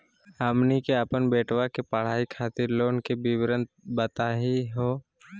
हमनी के अपन बेटवा के पढाई खातीर लोन के विवरण बताही हो?